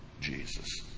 jesus